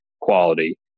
quality